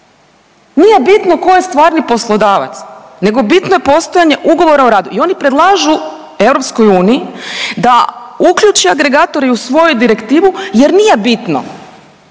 Nije bitno tko je stvarni poslodavac, nego bitno je postojanje ugovora o radu i oni predlažu EU da uključi agregatore i u svoju direktivu jer nije bitno,